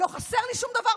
לא חסר לי שום דבר,